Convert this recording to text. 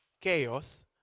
chaos